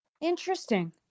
interesting